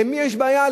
למי יש בעיה?